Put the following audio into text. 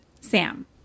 Sam